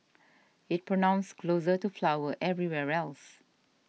it's pronounced closer to flower everywhere else